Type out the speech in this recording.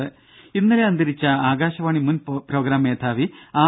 ദ്ദേ ഇന്നലെ അന്തരിച്ച ആകാശവാണി മുൻ പ്രോഗ്രാം മേധാവി ആർ